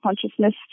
consciousness